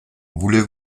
voulez